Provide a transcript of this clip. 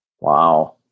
Wow